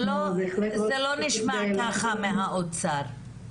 זה לא נשמע ככה מהאוצר.